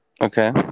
Okay